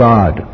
God